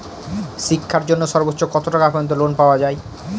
শিক্ষার জন্য সর্বোচ্চ কত টাকা পর্যন্ত লোন পাওয়া য়ায়?